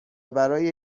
برای